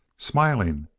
smiling,